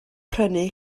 prynu